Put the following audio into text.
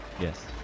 Yes